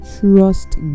trust